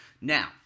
Now